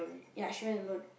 ya she went alone